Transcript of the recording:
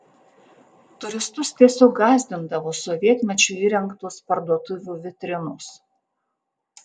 turistus tiesiog gąsdindavo sovietmečiu įrengtos parduotuvių vitrinos